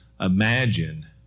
imagine